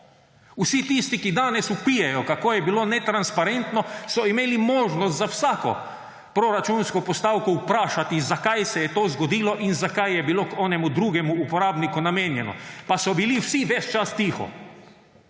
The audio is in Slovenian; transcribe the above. Vsi tisti, ki dane vpijejo, kako je bilo netransparentno, so imeli možnost za vsako proračunsko postavko vprašati, zakaj se je to zgodilo in zakaj je bilo tistemu drugemu uporabniku namenjeno. Pa so bili vsi ves čas tiho.